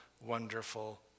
wonderful